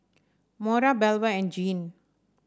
Mora Belva and Jeane